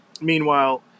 meanwhile